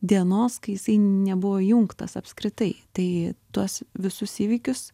dienos kai jisai nebuvo įjungtas apskritai tai tuos visus įvykius